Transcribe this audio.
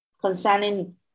concerning